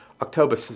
October